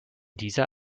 dieser